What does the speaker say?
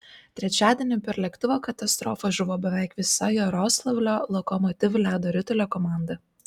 trečiadienį per lėktuvo katastrofą žuvo beveik visa jaroslavlio lokomotiv ledo ritulio komanda